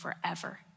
forever